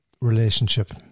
relationship